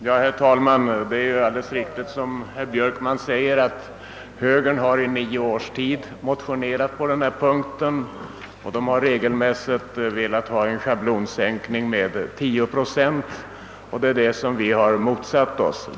Herr talman! Det är alldeles riktigt som herr Björkman säger att högern under nio års tid har motionerat på denna punkt. Man har regelmässigt velat få till stånd en schablonsänkning av vissa omkostnadsanslag med 10 procent och det är detta vi har motsatt oss.